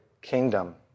kingdom